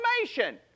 information